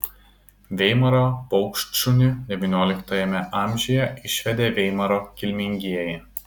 veimaro paukštšunį devynioliktajame amžiuje išvedė veimaro kilmingieji